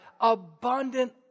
abundant